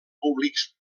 públics